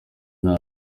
nta